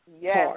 Yes